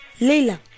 Leila